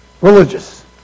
religious